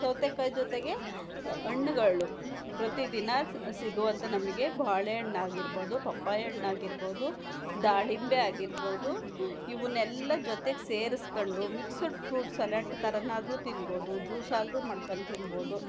ಸೌತೆಕಾಯಿ ಜೊತೆಗೆ ಅಣ್ಣಗಳು ಪ್ರತಿದಿನ ಸಿಗುವಂಥ ನಮಗೆ ಬಾಳೆ ಹಣ್ಣು ಆಗಿರ್ಬೋದು ಪಪ್ಪಾಯ ಹಣ್ಣು ಆಗಿರ್ಬೋದು ದಾಳಿಂಬೆ ಆಗಿರ್ಬೋದು ಇವುನ್ನೆಲ್ಲ ಜೊತೆಗೆ ಸೇರ್ಸ್ಕೊಂಡು ಮಿಕ್ಸ್ಡ್ ಫ್ರೂಟ್ ಸಲಾಡ್ ಥರನಾದ್ರೂ ತಿನ್ಬೋದು ಜೂಸ್ ಆದ್ರೂ ಮಾಡ್ಕೊಂಡು ತಿನ್ಬೋದು